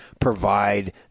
provide